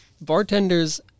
bartenders